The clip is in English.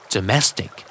Domestic